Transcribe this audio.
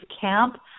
camp